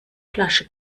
flasche